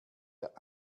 der